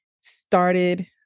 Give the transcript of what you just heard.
started